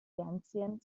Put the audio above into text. fernsehen